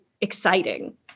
exciting